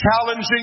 challenging